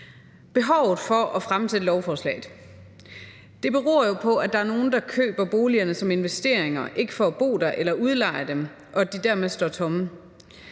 Behovet for at fremsætte lovforslaget beror jo på, at der er nogle, der køber boligerne som investeringer og ikke for at bo der eller udleje dem, og at de dermed står tomme,